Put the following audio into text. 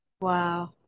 Wow